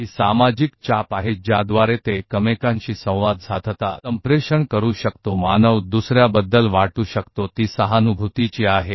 इसे सामाजिक छाप मानव की बहुत सारी सोशल इंमप्रिंटिंग है इसके माध्यम से वे एक दूसरे के साथ संवाद कर सकते हैं एक दूसरे के बारे में महसूस कर सकते हैं यह सहानुभूति और सहानुभूति का आधार है